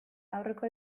aurreko